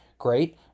great